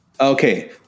Okay